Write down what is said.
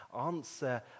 answer